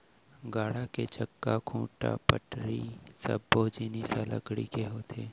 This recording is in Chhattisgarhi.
गाड़ा के चक्का, खूंटा, पटरी सब्बो जिनिस ह लकड़ी के होथे